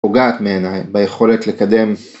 פוגעת בעיניי ביכולת לקדם.